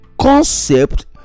concept